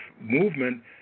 movement